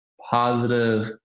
positive